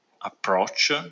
approach